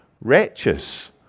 wretches